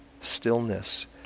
stillness